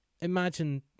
imagine